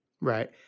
Right